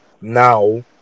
now